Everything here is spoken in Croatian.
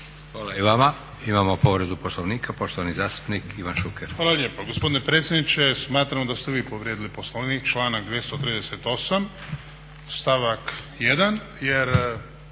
Hvala i vama. Imamo povredu Poslovnika, poštovani zastupnik Ivan Šuker. **Šuker, Ivan (HDZ)** Hvala lijepa. Gospodine predsjedniče smatram da ste vi povrijedili Poslovnik, članak 238. stavak 1.